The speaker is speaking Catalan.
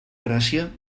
gràcia